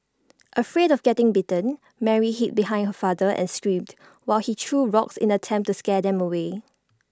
afraid of getting bitten Mary hid behind her father and screamed while he threw rocks in an attempt to scare them away